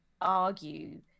argue